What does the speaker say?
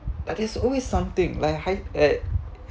but it's always something like high at